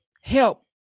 help